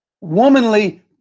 womanly